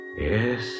Yes